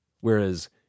Whereas